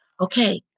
Okay